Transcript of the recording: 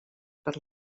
per